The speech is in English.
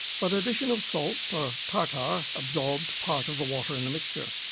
but addition of salt or tartar absorbed part of the water in the mixture,